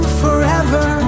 forever